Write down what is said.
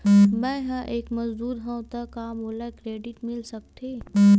मैं ह एक मजदूर हंव त का मोला क्रेडिट मिल सकथे?